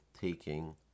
taking